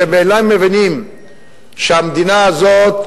שאינם מבינים שהמדינה הזאת,